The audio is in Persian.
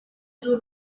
زور